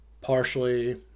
partially